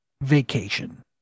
vacation